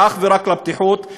ואך ורק לבטיחות.